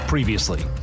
Previously